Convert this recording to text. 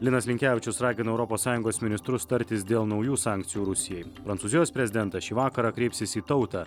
linas linkevičius ragina europos sąjungos ministrus tartis dėl naujų sankcijų rusijai prancūzijos prezidentas šį vakarą kreipsis į tautą